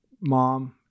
mom